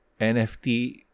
NFT